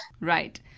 Right